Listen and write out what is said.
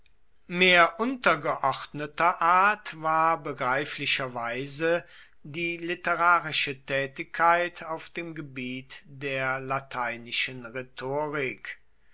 mehr untergeordneter art war begreiflicherweise die literarische tätigkeit auf dem gebiet der lateinischen rhetorik